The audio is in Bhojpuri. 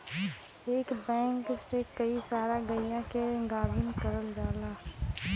एक बैल से कई सारा गइया के गाभिन करल जाला